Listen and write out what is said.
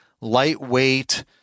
lightweight